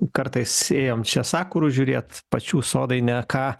kartais ėjom čia sakurų žiūrėt pačių sodai ne ką